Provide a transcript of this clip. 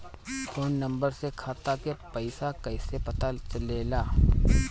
Phone number से खाता के पइसा कईसे पता चलेला?